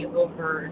over